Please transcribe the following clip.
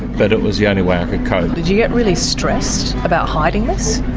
but it was the only way i could cope. did you get really stressed about hiding this?